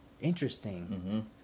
Interesting